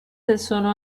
sono